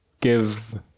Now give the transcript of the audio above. give